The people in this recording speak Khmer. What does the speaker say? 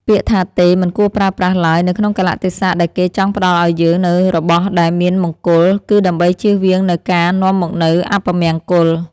ពាក្យថាទេមិនគួរប្រើប្រាស់ឡើយនៅក្នុងកាលៈទេសៈដែលគេចង់ផ្តល់ឱ្យយើងនូវរបស់ដែលមានមង្គល គឺដើម្បីជៀសវាងនូវការនាំមកនូវអពមង្គល។